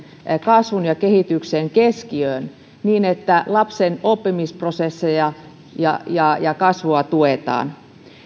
kasvun ja kehityksen keskiöön niin että lapsen oppimisprosesseja ja ja kasvua tuetaan